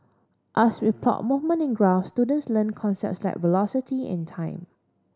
as we plot movement in graph students learn concepts like velocity and time